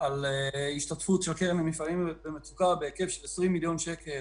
על השתתפות של קרן למפעלים במצוקה בהיקף של 20 מיליון שקל,